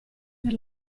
per